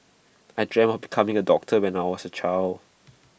I dreamt of becoming A doctor when I was A child